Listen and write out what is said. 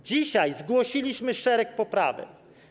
Dzisiaj zgłosiliśmy szereg poprawek.